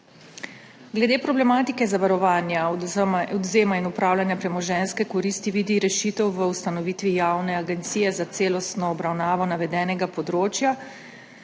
Glede problematike zavarovanja, odvzema, in upravljanja premoženjske koristi vidi rešitev v ustanovitvi javne agencije za celostno obravnavo navedenega področja,